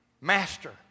master